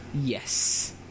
Yes